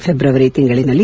February ತಿಂಗಳಿನಲ್ಲಿ